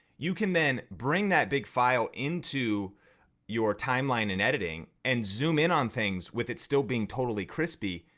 you can then bring that big file into your timeline and editing and zoom in on things with it still being totally crispy,